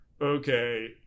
okay